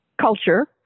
culture